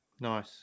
Nice